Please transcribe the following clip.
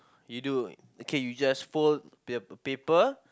you do K you just fold pap~ paper